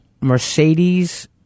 Mercedes